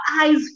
eyes